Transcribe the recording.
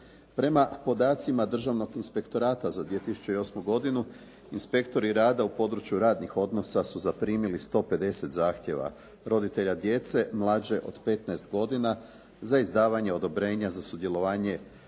Prema podacima Državnog inspektorata za 2008. godinu, inspektori rada u području radnih odnosa su zaprimili 150 zahtjeva roditelja djece mlađe od 15 godina za izdavanje odobrenja za sudjelovanje